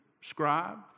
scribe